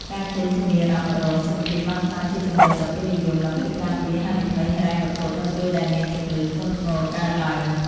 ការទិញធានារ៉ាប់រងសុខភាពបានក្លាយជាជម្រើសដ៏ពេញនិយម ដើម្បីការពារហានិភ័យហិរញ្ញវត្ថុនៅពេលដែលមានជំងឺធ្ងន់ធ្ងរកើតឡើង។